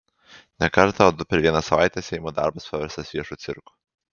ne kartą o du per vieną savaitę seimo darbas paverstas viešu cirku